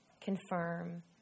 confirm